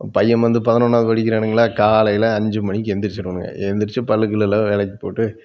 பையன் வந்து பதினொன்றாவது படிக்கிறானுங்களா காலையில் அஞ்சு மணிக்கு எந்திரிச்சிடுவேனுங்க எந்திரிச்சு பல்லு கில்லுலாம் விளக்கி போட்டு